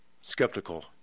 skeptical